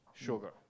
sugar